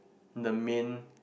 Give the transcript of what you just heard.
the main